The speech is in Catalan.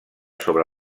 sobre